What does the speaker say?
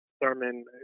Thurman